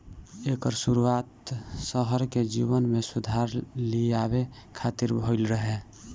एकर शुरुआत शहर के जीवन में सुधार लियावे खातिर भइल रहे